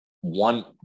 one